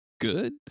good